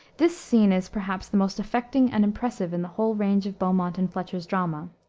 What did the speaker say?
this scene is, perhaps, the most affecting and impressive in the whole range of beaumont and fletcher's drama.